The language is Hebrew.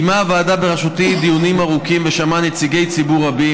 קיימה הוועדה בראשותי דיונים ארוכים ושמעה נציגי ציבור רבים,